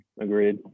agreed